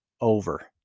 over